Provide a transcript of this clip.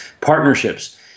partnerships